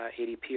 ADP